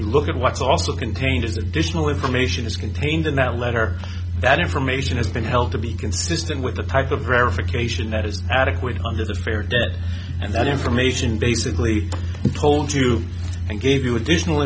you look at what's also contained is additional information is contained in that letter that information has been held to be consistent with the type of verification that is adequate under the fair and that information basically told you and gave you additional